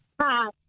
Hi